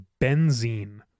benzene